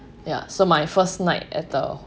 ya so my first night at the